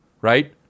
right